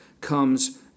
comes